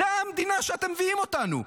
זו המדינה שאתם מביאים אותנו אליה,